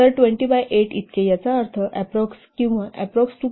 तर 20 बाय 8 इतके याचा अर्थ ऍप्रोक्स 2